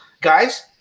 guys